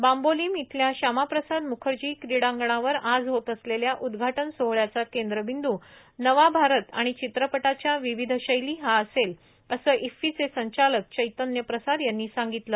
बांबोलीम इथल्या श्यामा प्रसाद म्खर्जी क्रीडांगणावर आज होत असलेल्या उदघाटन सोहळ्याचा केंद्रबिंद् नवा भारत आणि चित्रपटाच्या विविध शैली हा असेल असं ईफ्फीचे संचालक चैतन्य प्रसाद यांनी सांगितलं